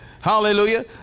Hallelujah